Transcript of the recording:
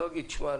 לא אגיד את שמה,